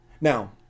Now